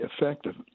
effective